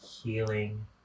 healing